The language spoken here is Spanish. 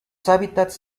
hábitats